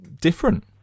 different